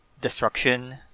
destruction